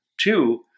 Two